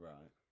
Right